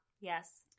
yes